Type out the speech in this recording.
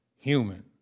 human